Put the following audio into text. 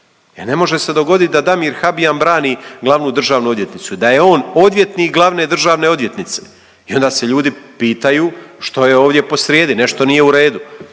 ne može se dogoditi da Damir Habijan brani glavnu državnu odvjetnicu, da je on odvjetnik glavne državne odvjetnice i onda se ljudi pitaju što je ovdje posrijedi, nešto nije u redu.